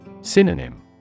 Synonym